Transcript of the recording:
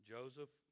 Joseph